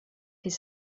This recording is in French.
fait